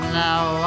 now